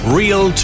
real